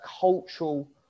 cultural